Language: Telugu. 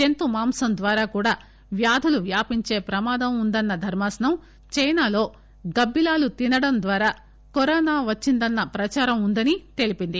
జంతు మాంసం ద్వారా కూడా వ్యాధులు వ్యాపించే ప్రమాదం ఉందన్న ధర్మాసనం చైనాలో గబ్బిలాలు తినడం ద్వారా కరోనా వచ్చిందన్న ప్రచారం ఉందని తెలిపింది